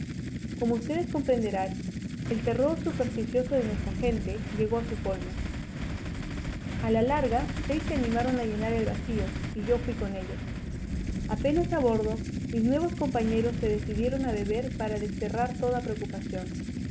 como ustedes comprenderán el terror supersticioso de nuestra gente llegó a su colmo a la larga seis se animaron a llenar el vacío y yo fuí con ellos apenas abordo mis nuevos compañeros se decidieron a beber para desterrar toda preocupación